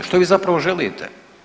Što vi zapravo želite?